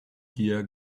gear